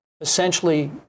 essentially